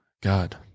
God